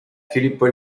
filippo